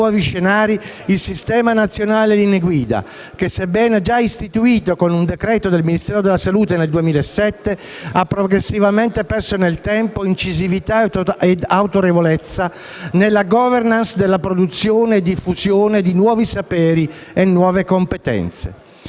il Sistema nazionale linee guida che, sebbene già istituito con un decreto del Ministero della salute nel 2007, ha progressivamente perso nel tempo incisività e autorevolezza nella *governance* della produzione e diffusione di nuovi saperi e competenze.